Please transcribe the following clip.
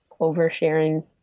oversharing